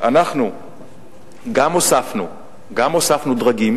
אנחנו גם הוספנו דרגים